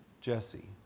Jesse